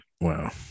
wow